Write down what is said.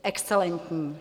Excelentní.